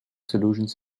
solutions